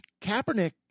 Kaepernick